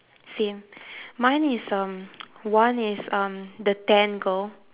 same mine is um one is um the tan girl